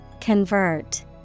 Convert